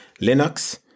Linux